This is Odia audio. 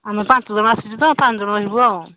ଆମେ ପାଞ୍ଚ ଜଣ ଆସିଛୁ ତ ପାଞ୍ଚ ଜଣ ରହିବୁ ଆଉ